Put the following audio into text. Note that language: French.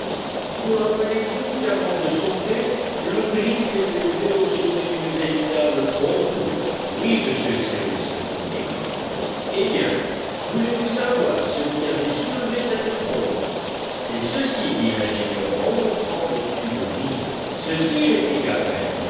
vous rappelez-vous qu'avant de sombrer le brick s'est élevé au sommet d'une véritable trombe d'eau oui monsieur cyrus répondit harbert eh bien voulez-vous savoir ce qui avait soulevé cette trombe c'est ceci dit l'ingénieur en montrant le tube brisé ceci répliqua